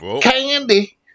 candy